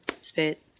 Spit